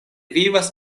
vivas